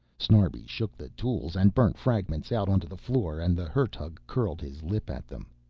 snarbi shook the tools and burnt fragments out onto the floor and the hertug curled his lip at them.